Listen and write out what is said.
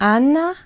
Anna